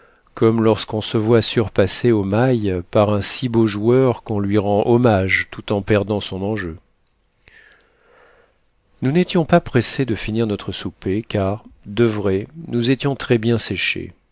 comme lorsqu'on se voit surpassé au mail par un si beau joueur qu'on lui rend hommage tout en perdant son enjeu nous n'étions pas pressés de finir notre souper car de vrai nous étions très-bien séchés